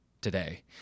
today